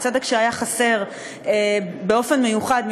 בצדק שהיה חסר באופן מיוחד,